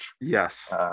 Yes